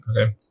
Okay